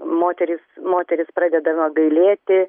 moterys moteris pradedama gailėti